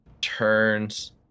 turns